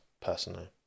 personally